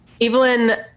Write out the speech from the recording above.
Evelyn